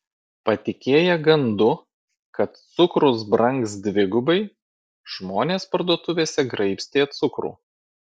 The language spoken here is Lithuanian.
patikėję gandu kad cukrus brangs dvigubai žmonės parduotuvėse graibstė cukrų